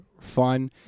fun